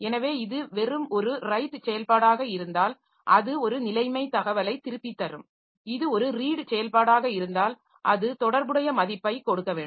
எனவே இது வெறும் ஒரு ரைட் செயல்பாடாக இருந்தால் அது ஒரு நிலைமை தகவலைத் திருப்பித்தரும் இது ஒரு ரீட் செயல்பாடாக இருந்தால் அது தொடர்புடைய மதிப்பைக் கொடுக்க வேண்டும்